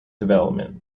development